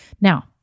Now